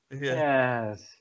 Yes